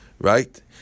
right